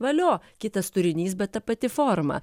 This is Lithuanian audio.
valio kitas turinys bet ta pati forma